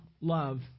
love